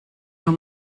nur